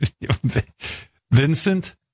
vincent